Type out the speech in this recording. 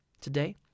Today